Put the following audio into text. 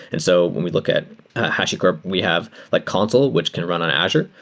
and so when we look at hashicorp, we have like consul, which can run on azure,